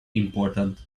important